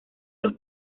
los